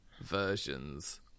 versions